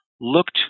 looked